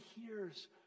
hears